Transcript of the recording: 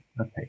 okay